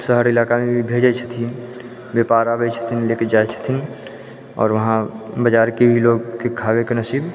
शहर इलाकामे भी भेजै छथिन पैकार आबै छथिन लऽ कऽ जाइ छथिन आओर वहाँ बाजारके भी लोकके खाबैके नसीब